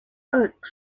oaks